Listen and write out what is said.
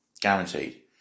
guaranteed